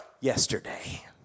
yesterday